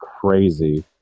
crazy